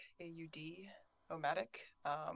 A-U-D-O-Matic